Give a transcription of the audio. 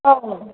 औ